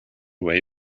way